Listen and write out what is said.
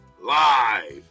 live